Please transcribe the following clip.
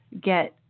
get